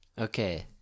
Okay